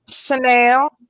Chanel